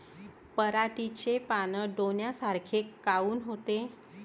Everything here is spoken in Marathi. पराटीचे पानं डोन्यासारखे काऊन होते?